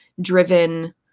driven